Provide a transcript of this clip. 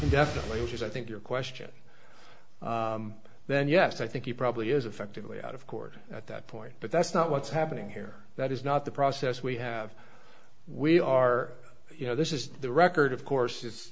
indefinitely which is i think your question then yes i think he probably is effectively out of court at that point but that's not what's happening here that is not the process we have we are you know this is the record of course i